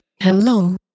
Hello